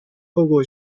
透过